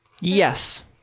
Yes